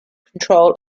control